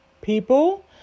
people